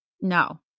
no